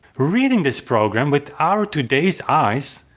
reading this program with our today's eyes,